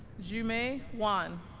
xuemei wan